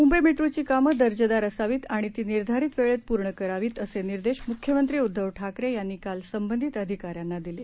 मुंबईमेट्रोचीकामंदर्जेदारअसावितआणितीनिर्धारितवेळेतपूर्णकरावीतअसेनिर्देशमुख्यमंत्रीउद्ववठाकरेयांनीकालसंबंधितअधिकाऱ्यां नादिले